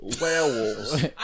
Werewolves